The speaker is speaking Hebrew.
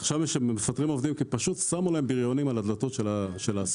מפטרים עובדים כי שמו להם בריונים על דלתות העסקים.